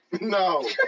No